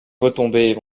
retombait